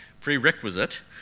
prerequisite